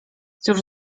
cóż